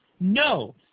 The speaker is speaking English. No